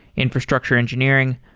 infrastructure engineering,